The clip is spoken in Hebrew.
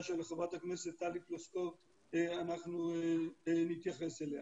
של חברת הכנסת טלי פלוסקוב אנחנו נתייחס אליה.